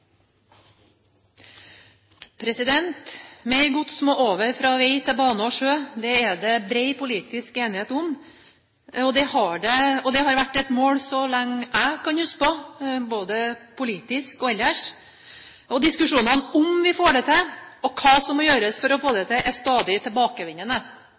over fra vei til bane og sjø. Det er det bred politisk enighet om. Det har vært et mål så lenge jeg kan huske, både politisk og ellers. Og diskusjonen om vi får det til, og hva som må gjøres for å få det